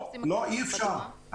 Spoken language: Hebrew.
אי אפשר.